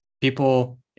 people